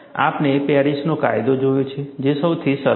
આપણે પેરિસનો કાયદો જોયો છે જે સૌથી સરળ છે